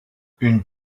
une